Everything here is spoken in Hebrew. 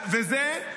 וזה,